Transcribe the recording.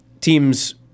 Teams